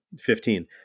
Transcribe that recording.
fifteen